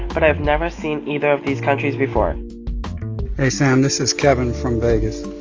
but i have never seen either of these countries before hey, sam. this is kevin from vegas.